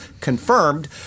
confirmed